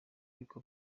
ariko